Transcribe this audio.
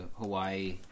Hawaii